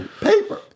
paper